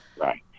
Right